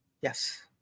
yes